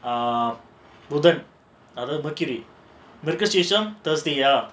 ah புதன் மிருகசீரிஷம்:buthan mirugaseerisam thursday ah